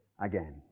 again